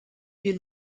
più